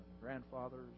grandfathers